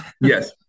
Yes